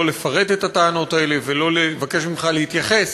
לא לפרט את הטענות האלה ולא לבקש ממך להתייחס